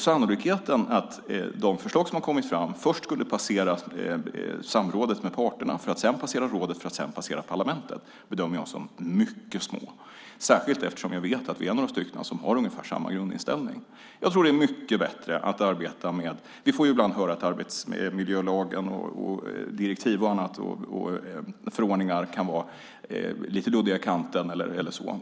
Sannolikheten för att de förslag som har kommit fram skulle passera samrådet med parterna, sedan rådet och sist parlamentet bedömer jag som mycket liten - särskilt som jag vet att vi är några stycken som har ungefär samma grundinställning. Vi får ibland höra att arbetsmiljölagen, direktiv och förordningar kan vara luddiga i kanten.